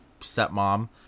stepmom